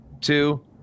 two